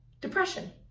depression